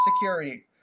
security